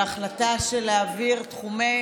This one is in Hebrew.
על ההחלטה של להעביר תחומי